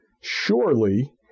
Surely